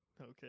Okay